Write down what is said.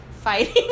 fighting